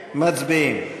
מצביעים.